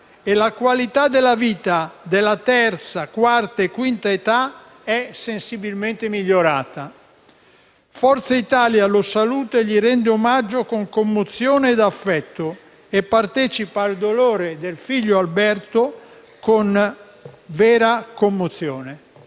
e la qualità della vita della terza, della quarta e della quinta età è sensibilmente migliorata. Forza Italia lo saluta e gli rende omaggio con commozione ed affetto e partecipa al dolore del figlio Alberto con vera commozione